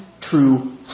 true